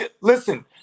Listen